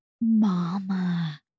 Mama